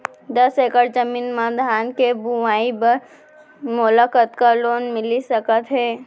दस एकड़ जमीन मा धान के बुआई बर मोला कतका लोन मिलिस सकत हे?